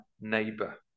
neighbor